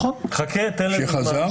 שחזר?